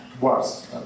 worse